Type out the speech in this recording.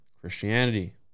Christianity